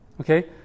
Okay